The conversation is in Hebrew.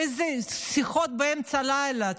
שיחות באמצע לילה,